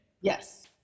Yes